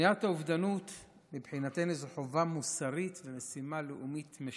מניעת האובדנות היא מבחינתנו חובה מוסרית ומשימה לאומית משותפת.